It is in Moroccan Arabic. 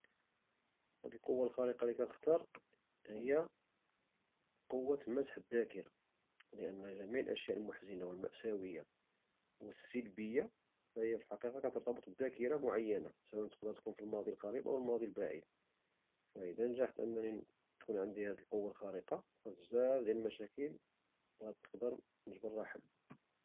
القوة الخارقة لي كنختار هي قوة مسح الذاكرة لأن جميع الأشياء المحزنة والمأساوية والسلبية فهي في الحقيقة كترتبط بذاكرة معينة لي تقدر تكون مرتبطة بالماضي القريب او الماضي البعيد، فإذا نجحت أنني تكون عندي هد القوة الخارقة فبواف ديال المشاكل غنقدر نجبرلها حلّ.